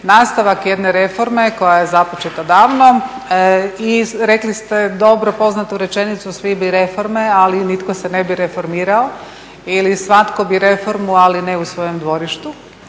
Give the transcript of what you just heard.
nastavak jedne reforme koja je započeta davno i rekli ste dobro poznatu rečenicu, svi bi reforme, ali nitko se ne bi reformirao ili svatko bi reformu, ali ne u svojem dvorištu.